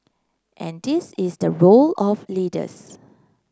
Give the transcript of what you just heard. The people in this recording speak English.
and this is the role of leaders